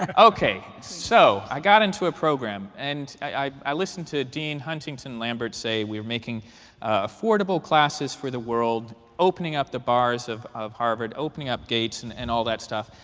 ok. so i got into a program. and i listened to dean huntington lambert say, we're making affordable classes for the world, opening up the bars of of harvard, opening up gates, and and all that stuff.